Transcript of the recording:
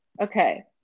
okay